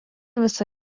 visa